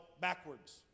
backwards